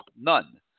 None